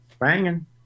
banging